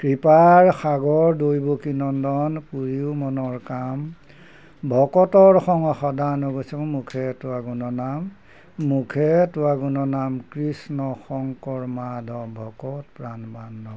কৃপাৰ সাগৰ দৈপকীনন্দন পুৰিও মনৰ কাম ভকতৰ সং সদান গৈছে মুখে তোৱা গুণনাম মুখে তোৱা গুণ নাম কৃষ্ণ শংকৰ মাধৱ ভকত প্ৰাণ বান্ধৱ